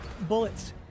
bullets